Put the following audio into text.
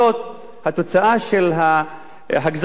גזר-הדין היה בצורה כזאת: חמישה אמרו